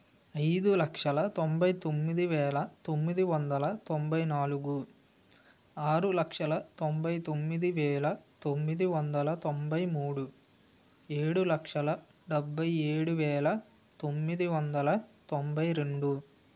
ఐదు లక్షల తొంభై తొమ్మిది వేల తొమ్మిది వందల తొంభై నాలుగు ఆరు లక్షల తొంభై తొమ్మిది వేల తొమ్మిది వందల తొంభై మూడు ఏడు లక్షల డెబ్బై ఏడు వేల తొమ్మిది వందల తొంభై రెండు